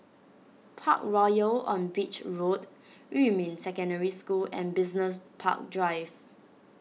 Parkroyal on Beach Road Yumin Secondary School and Business Park Drive